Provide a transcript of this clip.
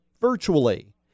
virtually